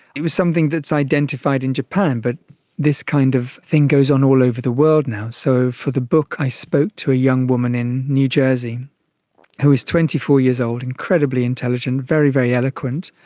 it was something that's identified in japan, but this kind of thing goes on all over the world now. so for the book i spoke to a young woman in new jersey who was twenty four years old, incredibly intelligent, very, very eloquent,